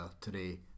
today